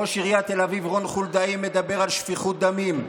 ראש עיריית תל אביב רון חולדאי מדבר על שפיכות דמים.